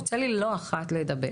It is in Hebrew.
יוצא לי לא אחת לדבר,